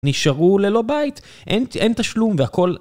נשארו ללא בית, אין אין תשלום והכל